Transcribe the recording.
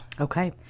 okay